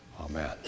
Amen